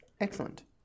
Excellent